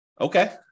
Okay